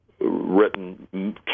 written